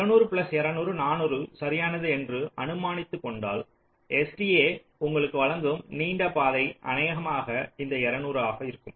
200 plus 200 400 சரியானது என்று அனுமானித்துக் கொண்டால் STA உங்களுக்கு வழங்கும் நீண்ட பாதை அநேகமாக இந்த 200 ஆகும்